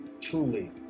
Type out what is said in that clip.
truly